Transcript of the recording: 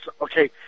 Okay